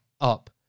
up